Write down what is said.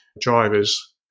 drivers